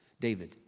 David